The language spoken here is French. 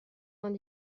vingt